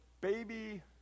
Baby